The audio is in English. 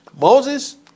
Moses